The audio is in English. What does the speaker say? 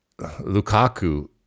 Lukaku